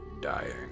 dying